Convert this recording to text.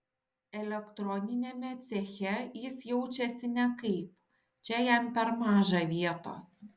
elektroniniame ceche jis jaučiasi nekaip čia jam per maža vietos